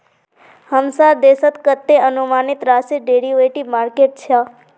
हमसार देशत कतते अनुमानित राशिर डेरिवेटिव मार्केट छ